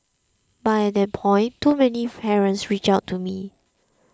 but at that point too many parents reached out to me